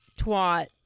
twat